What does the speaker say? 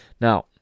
Now